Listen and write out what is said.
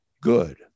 good